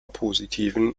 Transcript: positiven